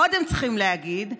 עוד הם צריכים להגיד: